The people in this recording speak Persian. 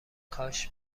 کاش